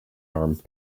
armed